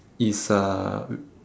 is uh